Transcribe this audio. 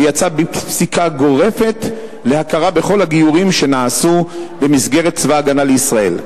ויצא בפסיקה גורפת להכרה בכל הגיורים שנעשו במסגרת צבא-הגנה לישראל,